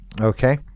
Okay